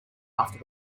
after